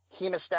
hemostatic